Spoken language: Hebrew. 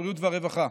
הבריאות והרווחה.